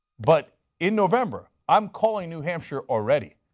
but in november, i'm calling new hampshire already.